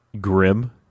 grim